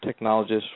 technologist